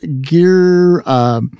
gear